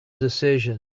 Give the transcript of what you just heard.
decisions